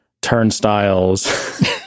turnstiles